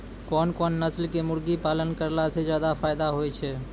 कोन कोन नस्ल के मुर्गी पालन करला से ज्यादा फायदा होय छै?